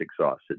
exhausted